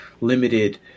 limited